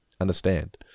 understand